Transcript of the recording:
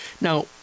Now